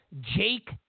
Jake